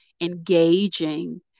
engaging